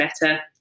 better